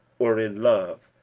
or in love,